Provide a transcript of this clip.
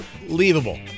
unbelievable